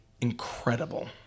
incredible